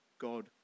God